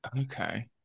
Okay